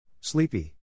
Sleepy